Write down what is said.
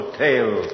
tale